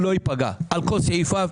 לא ייפגע על כל סעיפיו,